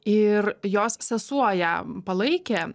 ir jos sesuo ją palaikė